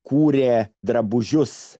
kūrė drabužius